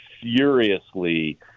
furiously